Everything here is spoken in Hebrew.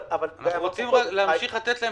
אבל --- אנחנו רוצים להמשיך לתת להם